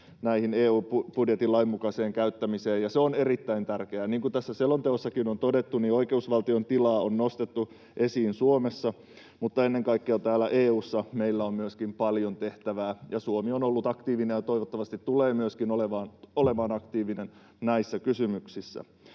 kytkentä EU-budjetin lainmukaiseen käyttämiseen, ja se on erittäin tärkeää. Niin kuin tässä selonteossakin on todettu, niin oikeusvaltion tilaa on nostettu esiin Suomessa, mutta ennen kaikkea myöskin EU:ssa meillä on paljon tehtävää. Suomi on ollut aktiivinen ja toivottavasti myöskin tulee olemaan aktiivinen näissä kysymyksissä.